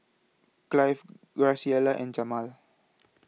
Clive Graciela and Jamaal